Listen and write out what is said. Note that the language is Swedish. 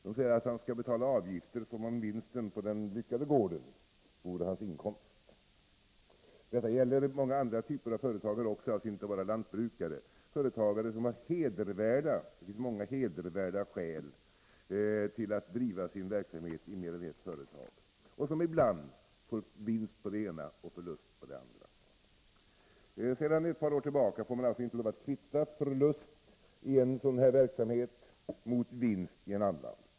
De säger att han skall betala avgifter som om vinsten på den lyckade gården vore hans inkomst. Men detta gäller många andra typer av företagare också — inte bara lantbrukare, Det är företagare som har hedervärda skäl — och det finns många sådana -— till att driva sin verksamhet i mer än ett företag och som ibland får vinst i den ena verksamheten och förlust i den andra. Sedan ett par år tillbaka får man inte lov att kvitta förlust i en sådan verksamhet mot vinst i en annan.